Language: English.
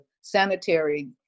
sanitary